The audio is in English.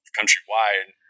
countrywide